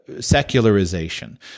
secularization